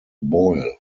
boil